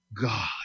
God